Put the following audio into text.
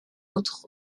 autres